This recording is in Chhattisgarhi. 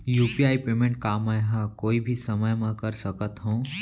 यू.पी.आई पेमेंट का मैं ह कोई भी समय म कर सकत हो?